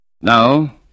Now